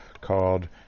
called